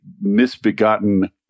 misbegotten